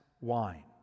wine